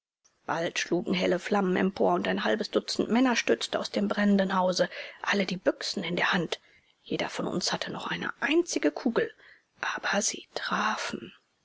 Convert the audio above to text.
bald schlugen helle flammen empor und ein halbes dutzend männer stürzte aus dem brennenden hause alle die büchse in der hand jeder von uns hatte noch eine einzige kugel aber sie trafen